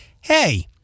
hey